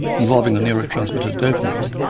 involving the neurotransmitter dopamine,